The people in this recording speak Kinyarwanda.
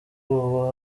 ubu